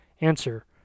Answer